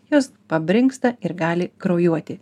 jos pabrinksta ir gali kraujuoti